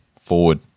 forward